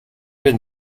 been